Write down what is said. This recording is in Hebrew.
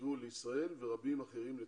היגרו לישראל ורבים אחרים לקנדה.